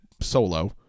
solo